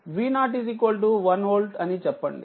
V0 1 వోల్ట్అని చెప్పండి